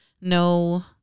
no